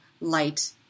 light